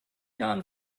jahren